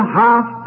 half